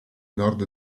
nord